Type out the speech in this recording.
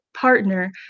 partner